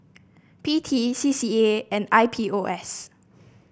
P T C C A and I P O S